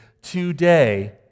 today